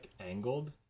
angled